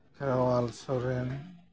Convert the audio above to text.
Kherwal Soren